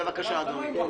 בבקשה, אדוני.